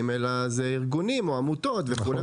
אלא ארגונים או עמותות וכו',